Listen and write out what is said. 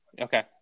Okay